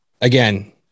Again